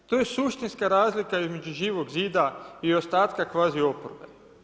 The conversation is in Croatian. To je suštinska razlika između Živog zida i ostatka kvazi oporbe.